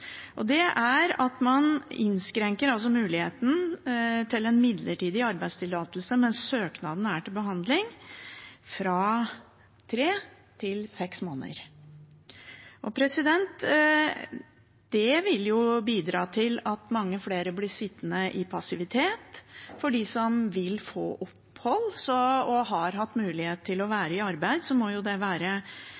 i saksordførerens innlegg nå. Man innskrenker altså muligheten til en midlertidig arbeidstillatelse – fra tre til seks måneder – mens søknaden er til behandling. Det vil bidra til at mange flere blir sittende i passivitet. For dem som vil få opphold og har hatt mulighet til å